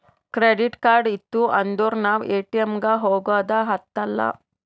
credit card ಇತ್ತು ಅಂದುರ್ ನಾವ್ ಎ.ಟಿ.ಎಮ್ ಗ ಹೋಗದ ಹತ್ತಲಾ